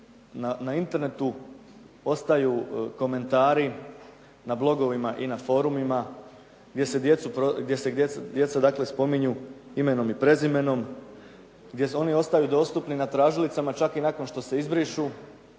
na Internetu ostaju komentari na blogovima i na forumima gdje se djeca dakle, spominju imenom i prezimenom, gdje oni ostaju dostupni na tražilicama čak i nakon što se izbrišu